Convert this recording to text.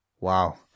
wow